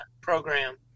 program